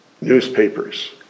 newspapers